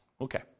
okay